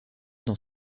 dans